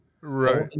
Right